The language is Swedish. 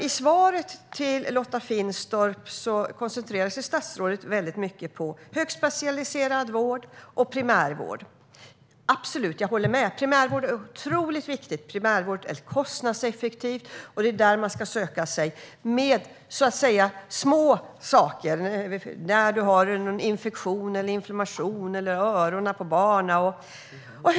I svaret till Lotta Finstorp koncentrerar sig statsrådet mycket på högspecialiserad vård och primärvård. Jag håller absolut med om att primärvård är otroligt viktigt. Det är kostnadseffektivt, och det är dit man ska söka sig när det gäller små saker, till exempel när man har en infektion eller när barnen har inflammation i öronen.